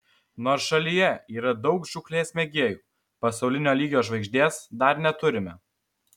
nors šalyje yra daug žūklės mėgėjų pasaulinio lygio žvaigždės dar neturime